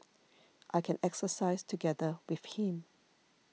I can exercise together with him